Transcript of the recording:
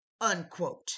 unquote